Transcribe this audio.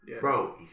bro